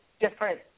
different